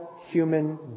human